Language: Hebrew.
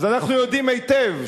אז אנחנו יודעים היטב,